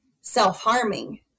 self-harming